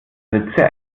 ritze